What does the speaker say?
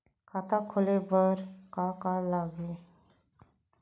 खाता खोले बार का का लागही?